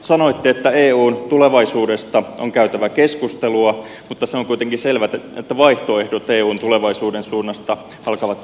sanoitte että eun tulevaisuudesta on käytävä keskustelua mutta se on kuitenkin selvä että vaihtoehdot eun tulevaisuuden suunnasta alkavat kuitenkin käydä vähiin